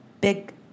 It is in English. big